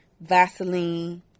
Vaseline